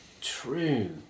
true